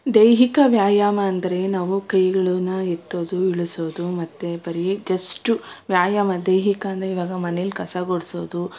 ದೈಹಿಕ ವ್ಯಾಯಾಮ ಅಂದರೆ ನಾವು ಕೈಗಳನ್ನು ಎತ್ತೋದು ಇಳಿಸೋದು ಮತ್ತು ಬರೀ ಜಸ್ಟು ವ್ಯಾಯಾಮ ದೈಹಿಕ ಅಂದರೆ ಇವಾಗ ಮನೆಯಲ್ಲಿ ಕಸ ಗುಡಿಸೋದು